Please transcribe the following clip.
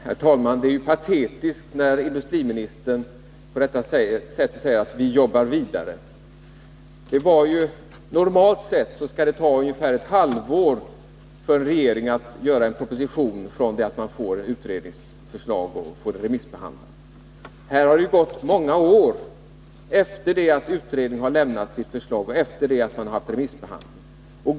Herr talman! Det är patetiskt när justitieministern på detta sätt säger att man arbetar vidare. Normalt skall det ta ungefär ett halvår för en regering att få fram en proposition från det att man fått ett utredningsförslag remissbehandlat. Här har det gått flera år efter det att utredningen lämnat sitt förslag och efter det att förslaget har remissbehandlats.